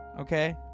Okay